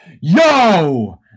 Yo